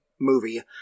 movie